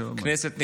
כנסת נכבדה,